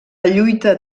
lluita